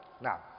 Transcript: Now